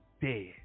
dead